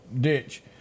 ditch